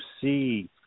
see